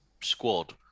squad